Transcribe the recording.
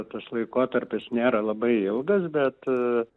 tas laikotarpis nėra labai ilgas bet